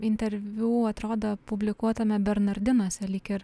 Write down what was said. interviu atrodo publikuotame bernardinuose lyg ir